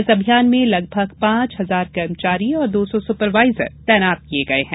इस अभियान में लगभग पांच हजार कर्मचारी और दो सौ सुपरवाइजर तैनात किये गये है